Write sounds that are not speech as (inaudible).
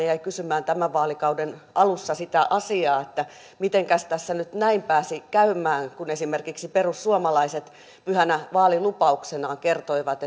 (unintelligible) jäi kysymään tämän vaalikauden alussa sitä asiaa että mitenkäs tässä nyt näin pääsi käymään kun esimerkiksi perussuomalaiset pyhänä vaalilupauksenaan kertoivat (unintelligible)